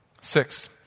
Six